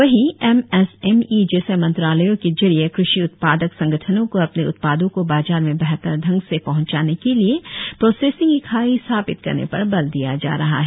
वही M S M E जैसे मंत्रालयो के जरिए कृषि उत्पादक संगठनों को अपने उत्पादों को बाजार में बेहतर ढंग से पहचाने के लिए प्रोसेसिंग इकाई स्थापित करने पर बल दिया जा रहा है